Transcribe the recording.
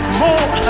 more